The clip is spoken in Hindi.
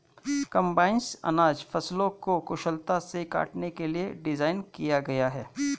कम्बाइनस अनाज फसलों को कुशलता से काटने के लिए डिज़ाइन किया गया है